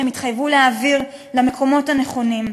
שהם התחייבו להעביר למקומות הנכונים.